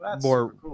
more